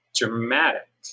dramatic